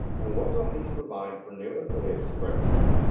and what do i need to provide for new affiliates to register?